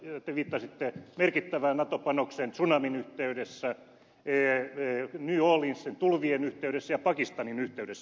te viittasitte merkittävään nato panokseen tsunamin yhteydessä new orleansin tulvien yhteydessä ja pakistanin yhteydessä